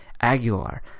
Aguilar